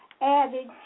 added